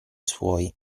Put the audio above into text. suoi